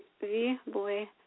V-Boy